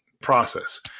process